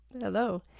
Hello